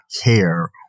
care